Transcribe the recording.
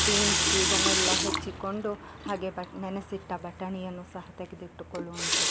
beans ಇದನ್ನೆಲ್ಲಾ ಹೆಚ್ಚಿಕೊಂಡು ಹಾಗೆ ಬಟ್ ನೆನಸಿಟ್ಟ ಬಟಾಣಿಯನ್ನು ಸಹ ತೆಗ್ದಿಟ್ಟುಕೊಳ್ಳುವಂಥ